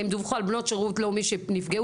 הם דווחו על בנות שירות לאומי שנפגעו,